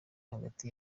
hagati